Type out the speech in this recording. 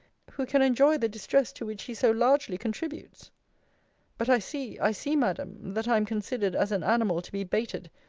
who can enjoy the distress to which he so largely contributes but i see, i see, madam, that i am considered as an animal to be baited,